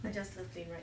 I just love plane right